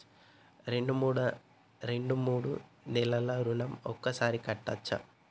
రెండు మూడు నెలల ఋణం ఒకేసారి కట్టచ్చా?